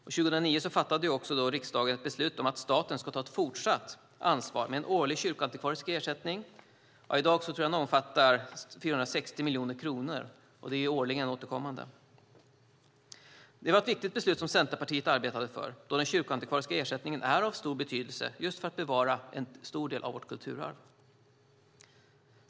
År 2009 fattade också riksdagen beslut om att staten ska ta ett fortsatt ansvar med en årlig kyrkoantikvarisk ersättning som jag i dag tror omfattar 460 miljoner kronor, årligen återkommande. Det var ett viktigt beslut som Centerpartiet arbetade för, då den kyrkoantikvariska ersättningen är av stor betydelse just för att bevara en stor del av vårt kulturarv.